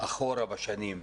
אחורה בשנים.